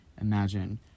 imagine